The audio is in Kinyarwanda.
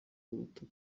y’ubutaka